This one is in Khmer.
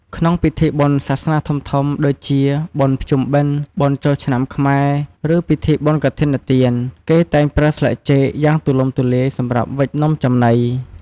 ក្នុង ពិធីបុណ្យសាសនាធំៗ ដូចជា បុណ្យភ្ជុំបិណ្ឌ បុណ្យចូលឆ្នាំខ្មែរ ឬពិធីបុណ្យកឋិនទាន គេតែងប្រើស្លឹកចេកយ៉ាងទូលំទូលាយសម្រាប់វេចនំចំណី។